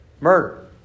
Murder